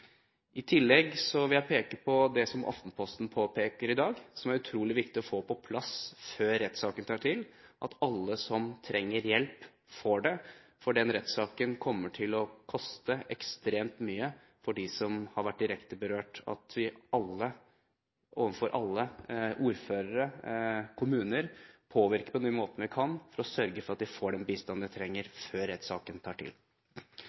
I tillegg vil jeg peke på det som Aftenposten påpeker i dag, som er utrolig viktig å få på plass før rettssaken tar til, at alle som trenger hjelp, får det, for den rettssaken kommer til å koste ekstremt mye for dem som har vært direkte berørt. Vi må alle, overfor alle, overfor ordførere og kommuner, påvirke på den måten vi kan for å sørge for at de får den bistanden de trenger før rettssaken tar til.